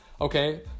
Okay